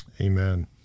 Amen